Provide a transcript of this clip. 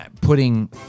putting